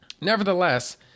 Nevertheless